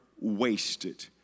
wasted